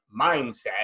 mindset